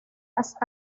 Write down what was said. las